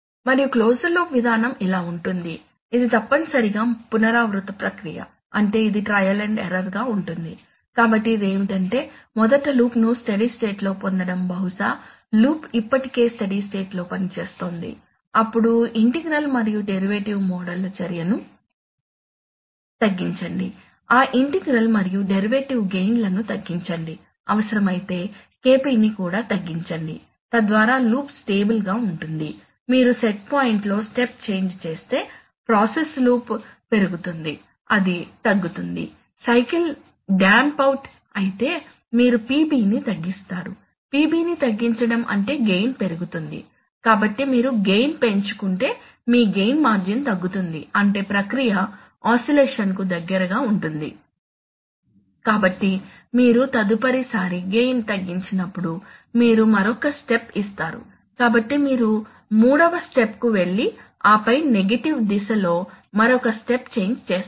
మరియు closed loop విధానం ఇలా ఉంటుంది ఇది తప్పనిసరిగా పునరావృత ప్రక్రియ అంటే ఇది ట్రయల్ అండ్ ఎర్రర్ గా ఉంటుంది కాబట్టి ఇది ఏమిటంటే మొదట లూప్ను స్టడీ స్టేట్ లో పొందడం బహుశా లూప్ ఇప్పటికే స్టడీ స్టేట్ లో పనిచేస్తోంది అప్పుడు ఇంటిగ్రల్ మరియు డెరివేటివ్ మోడ్ల చర్యను తగ్గించండి ఆ ఇంటిగ్రెల్ మరియు డెరివేటివ్ గెయిన్ లను తగ్గించండి అవసరమైతే KP ని కూడా తగ్గించండి తద్వారా లూప్ స్టేబుల్ గా ఉంటుంది మీరు సెట్ పాయింట్లో స్టెప్ చేంజ్ చేస్తే ప్రాసెస్ లూప్ పెరుగుతుంది అది తగ్గుతుంది సైకిల్ డాంప్ అవుట్ అయితే మీరు PB ని తగ్గిస్తారు PB ని తగ్గించడం అంటే గెయిన్ పెరుగుతుంది కాబట్టి మీరు గెయిన్ పెంచుకుంటే మీ గెయిన్ మార్జిన్ తగ్గుతుంది అంటే ప్రక్రియ ఆసిలేషన్ కు దగ్గరగా ఉంటుంది కాబట్టి మీరు తదుపరి సారి గెయిన్ తగ్గించినప్పుడు మీరు మరొక స్టెప్ ఇస్తారు కాబట్టి మీరు 3 వ స్టెప్ కు వెళ్లి ఆపై నెగటివ్ దిశ లో మరొక స్టెప్ చేంజ్ చేస్తారు